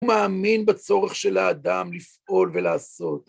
הוא מאמין בצורך של האדם לפעול ולעשות.